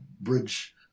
bridge